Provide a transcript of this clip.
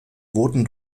wurden